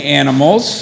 animals